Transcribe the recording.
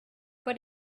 but